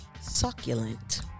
succulent